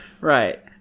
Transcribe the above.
Right